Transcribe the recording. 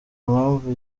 impamvu